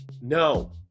No